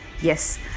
Yes